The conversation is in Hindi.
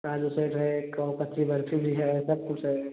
एक ओ कच्ची बर्फ़ी भी है सब कुछ है